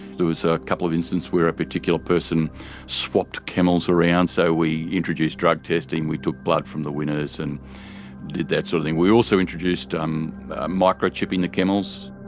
there was a couple of incidents where a particular person swapped camels around. so we introduced drug testing, we took blood from the winners and did that sort of thing. we also introduced um microchipping the camels.